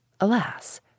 Alas